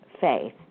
Faith